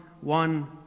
one